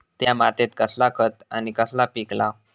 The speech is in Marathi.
त्या मात्येत कसला खत आणि कसला पीक लाव?